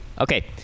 okay